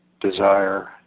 desire